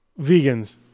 Vegans